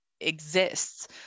exists